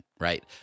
right